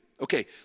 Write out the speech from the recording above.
Okay